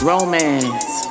Romance